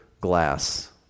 glass